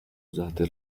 usate